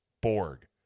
Borg